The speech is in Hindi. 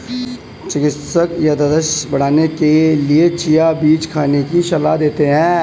चिकित्सक याददाश्त बढ़ाने के लिए चिया बीज खाने की सलाह देते हैं